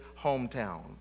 hometown